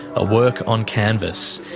a work on canvas.